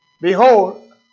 Behold